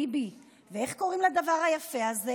ביבי: ואיך קוראים לדבר היפה הזה?